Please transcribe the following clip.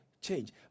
change